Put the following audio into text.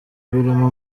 birimo